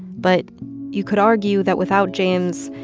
but you could argue that without james,